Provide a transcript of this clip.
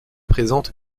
présente